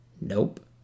Nope